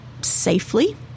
safely